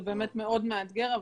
זה באמת מאוד מאתגר,